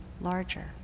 larger